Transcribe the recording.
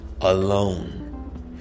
alone